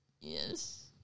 Yes